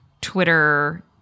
Twitter